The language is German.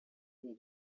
aber